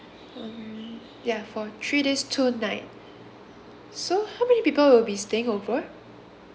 um ya for three days two night so how many people will be staying over